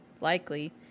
Likely